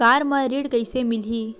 Car म ऋण कइसे मिलही?